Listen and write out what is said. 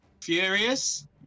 furious